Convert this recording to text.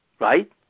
Right